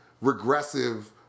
regressive